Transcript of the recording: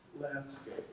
landscape